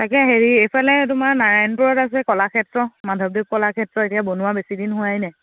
তাকে হেৰি এইফালে তোমাৰ নাৰায়ণপুৰত আছে কলাক্ষেত্ৰ মাধৱদেৱ কলাক্ষেত্ৰ এতিয়া বনোৱা বেছি দিন হোৱাই নাই